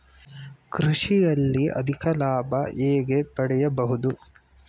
ಕೃಷಿಯಲ್ಲಿ ಅಧಿಕ ಲಾಭ ಹೇಗೆ ಪಡೆಯಬಹುದು?